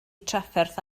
trafferth